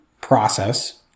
process